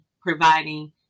providing